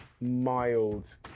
mild